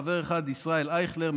חבר אחד: ישראל אייכלר,